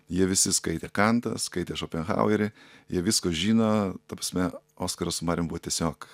jie visi skaitė kantą skaitė šopenhauerį jie visko žino ta prasme oskaras su marium buvo tiesiog